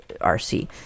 rc